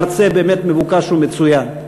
מרצה מבוקש ומצוין,